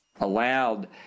allowed